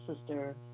Sister